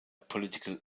political